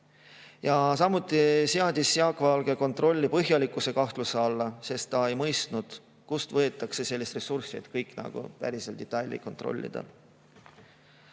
Samuti seadis Jaak Valge kontrolli põhjalikkuse kahtluse alla, sest ta ei mõistnud, kust võetakse sellist ressurssi, et kõiki päriselt detailideni kontrollida.